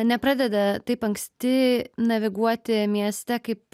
nepradeda taip anksti naviguoti mieste kaip